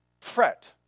Fret